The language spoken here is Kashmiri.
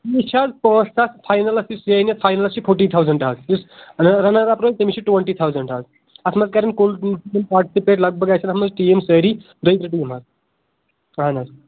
چھِ حظ فاینَلَس یُس زینہِ فاینَلَس چھِ فوٹی تھَوزنٹ حظ یُس اگر رَنر اَپ روزِ تٔمِس چھ ٹُوَنٹی تھَوزنٹ حظ اَتھ منٛز کرٮ۪ن کُل پاٹسِپیٹ لگ بگ آسن اَتھ منٛز ٹیٖم سأری اَہن حظ